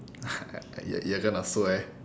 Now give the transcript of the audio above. you're you're gonna s~ wear